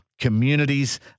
Communities